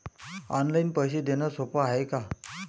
Online पैसे देण सोप हाय का?